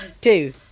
two